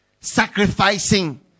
sacrificing